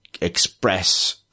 express